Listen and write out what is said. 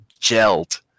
gelled